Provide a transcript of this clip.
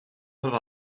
have